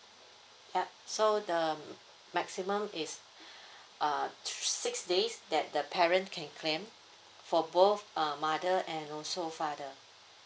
uh so the maximum is uh six days that the parent can claim for both a mother and also a father